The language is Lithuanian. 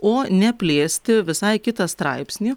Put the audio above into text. o ne plėsti visai kitą straipsnį